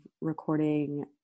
recording